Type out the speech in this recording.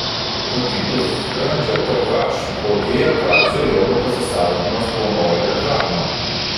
pakitus skrandžio ph blogėja kalcio jonų pasisavinimas plonojoje žarnoje